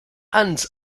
and